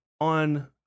on